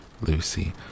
Lucy